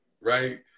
right